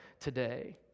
today